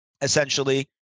essentially